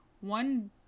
one